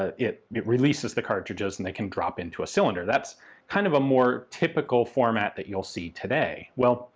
ah it it releases the cartridges and they can drop into a cylinder. that's kind of a more typical format that you'll see today. well,